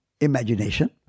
imagination